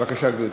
בבקשה, גברתי.